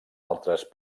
altres